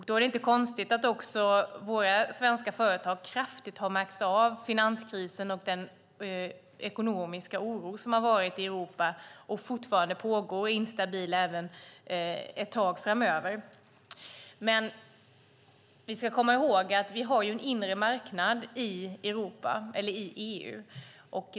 Då är det inte konstigt att våra svenska företag kraftigt har märkt av finanskrisen och den ekonomiska oro som har varit i Europa och fortfarande pågår, och ekonomin kommer att vara instabil även ett tag framöver. Vi har en inre marknad i EU.